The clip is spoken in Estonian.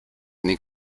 ning